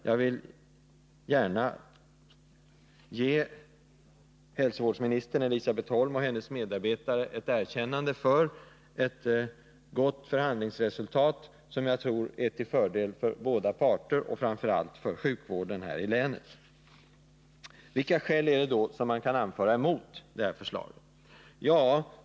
Jag vill gärna ge hälsovårdsministern Elisabet Holm och hennes medarbetare ett erkännande för ett gott förhandlingsresultat, som jag tror är till fördel för båda parter och framför allt för sjukvården här i länet. Vilka skäl kan då anföras mot förslaget?